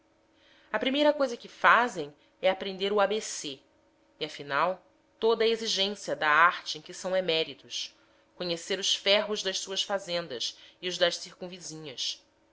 a primeira cousa que fazem é aprender o a b c e afinal toda a exigência da arte em que são eméritos conhecer os ferros das suas fazendas e os das circunvizinhas